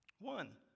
One